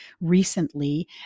recently